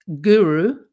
guru